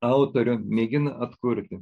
autorių mėgina atkurti